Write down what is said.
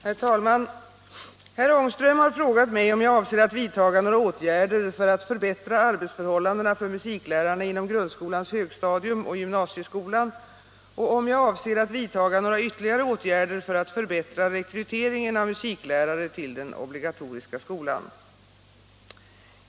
Herr talman! Herr Ångström har frågat mig om jag avser att vidtaga några åtgärder för att förbättra arbetsförhållandena för musiklärarna inom grundskolans högstadium och gymnasieskolan och om jag avser att vidtaga några ytterligare åtgärder för att förbättra rekryteringen av musiklärare till den obligatoriska skolan.